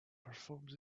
performs